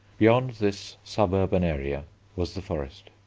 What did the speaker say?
beyond this suburban area was the forest.